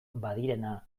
badirena